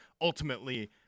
ultimately